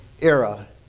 era